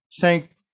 thank